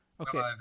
Okay